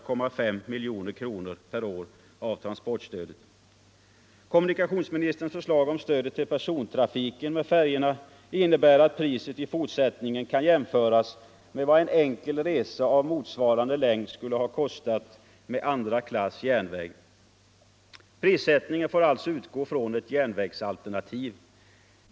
Kommunikationsministerns förslag om stödet till persontrafiken med färjorna innebär att priset i fortsättningen kan jämföras med vad en enkel resa av motsvarande längd skulle ha kostat med andra klass järnväg. Prissättningen skall alltså utgå från ett järnvägsalternativ.